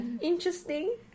interesting